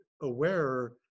aware